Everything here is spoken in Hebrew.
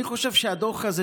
אני חושב שהדוח הזה,